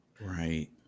Right